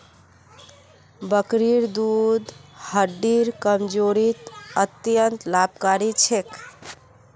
बकरीर दूध हड्डिर कमजोरीत अत्यंत लाभकारी छेक